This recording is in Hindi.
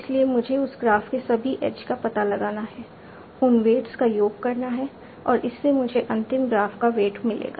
इसलिए मुझे उस ग्राफ के सभी एज का पता लगाना है उन वेट्स का योग करना है और इससे मुझे अंतिम ग्राफ का वेट मिलेगा